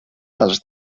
dels